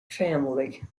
family